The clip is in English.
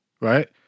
Right